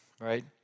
right